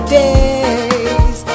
days